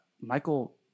Michael